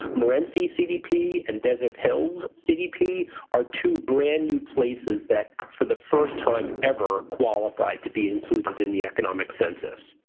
morenci cdp and desert hills cdp are two brand-new places that for the first time ever qualify to be included in the economic census.